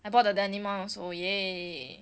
I bought the denim one also !yay!